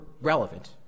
relevant